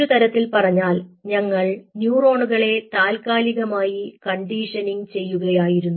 മറ്റൊരു തരത്തിൽ പറഞ്ഞാൽ ഞങ്ങൾ ന്യൂറോണുകളെ താൽക്കാലികമായി കണ്ടീഷനിംഗ് ചെയ്യുകയായിരുന്നു